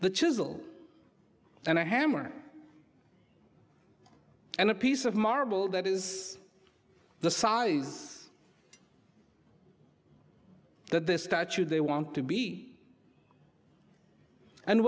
the chisel and a hammer and a piece of marble that is the size that this statue they want to be and